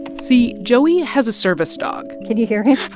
see, joey has a service dog. can you hear him?